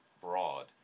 broad